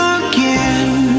again